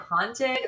Haunted